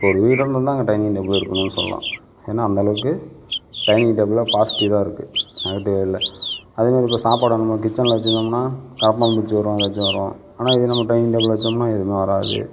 இப்போ ஒரு வீடுன்னு இருந்தால் அங்க டைனிங் டேபிள் இருக்கணும்னு சொல்லலாம் ஏன்னா அந்தளவுக்கு டைனிங் டேபிளில் பாசிட்டிவ் தான் இருக்கு நெகட்டிவ்வே இல்லை அதே மாதிரி இப்போ சாப்பாட நம்ம கிட்சனில் வச்சுருந்தோம்னா கரப்பான் பூச்சி வரும் எதாச்சும் வரும் ஆனால் இதே நம்ம டைனிங் டேபிளில் வச்சோம்னால் எதுவுமே வராது